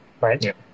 right